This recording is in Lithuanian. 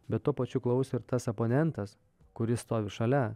bet tuo pačiu klauso ir tas oponentas kuris stovi šalia